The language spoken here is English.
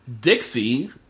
Dixie